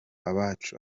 abacu